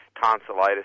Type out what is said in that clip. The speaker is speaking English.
tonsillitis